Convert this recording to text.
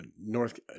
North